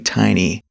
tiny